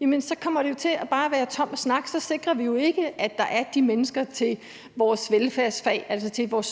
dem, kommer det jo bare til at være tom snak. Så sikrer vi jo ikke, at der er de mennesker til vores velfærdsfag, altså til vores